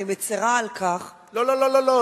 אני מצרה על כך, לא, לא, לא.